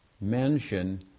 mention